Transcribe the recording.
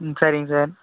ம் சரிங்க சார்